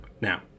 Now